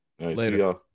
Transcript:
Later